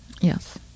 Yes